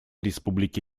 республики